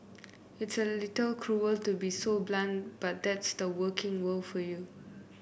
it's a little cruel to be so blunt but that's the working world for you